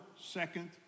second